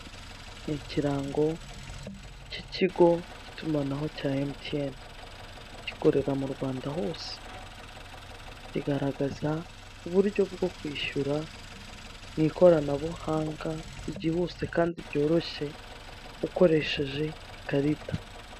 Ni ikirango cy'ikigo cy'itumanaho cya MTN. Gikorera mu Rwanda hose. Kigaragaza uburyo bwo kwishyura mu ikoranabuhanga ryihuse kandi byoroshye, ukoresheje ikarita.